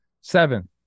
Seven